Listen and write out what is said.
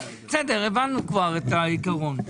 בסדר, הבנו כבר את העיקרון.